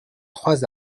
trois